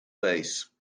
base